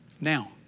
now